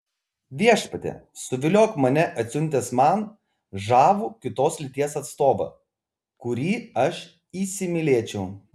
viešpatie suviliok mane atsiuntęs man žavų kitos lyties atstovą kurį aš įsimylėčiau